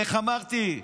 איך אמרתי?